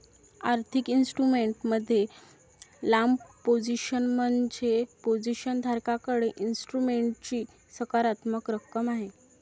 आर्थिक इन्स्ट्रुमेंट मध्ये लांब पोझिशन म्हणजे पोझिशन धारकाकडे इन्स्ट्रुमेंटची सकारात्मक रक्कम आहे